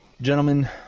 gentlemen